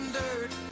dirt